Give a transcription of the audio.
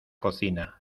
cocina